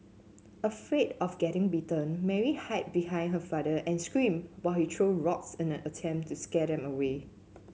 afraid of getting bitten Mary hide behind her father and screamed while he threw rocks in an attempt to scare them away